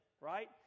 Right